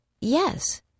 Yes